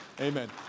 Amen